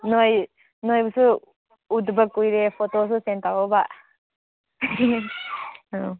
ꯅꯣꯏ ꯅꯣꯏꯕꯨꯁꯨ ꯎꯗꯕ ꯀꯨꯏꯔꯦ ꯐꯣꯇꯣꯁꯨ ꯁꯦꯟ ꯇꯧꯑꯣꯕ ꯑꯪ